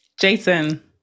Jason